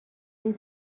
این